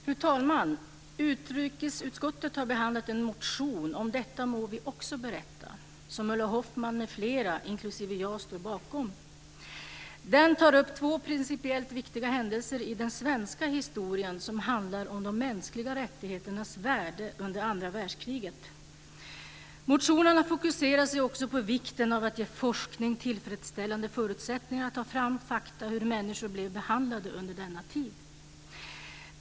Fru talman! Utrikesutskottet har behandlat en motion, Om detta må vi också berätta, som Ulla Hoffmann m.fl., inklusive jag, står bakom. Den tar upp två principiellt viktiga händelser i den svenska historien som handlar om de mänskliga rättigheternas värde under andra världskriget. Motionen fokuserar också på vikten av att ge forskning tillfredsställande förutsättningar att ta fram fakta om hur människor blev behandlade under denna tid.